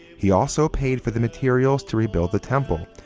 he also paid for the materials to rebuild the temple,